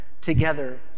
together